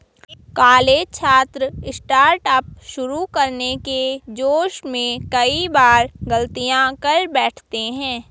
college छात्र startup शुरू करने के जोश में कई बार गलतियां कर बैठते हैं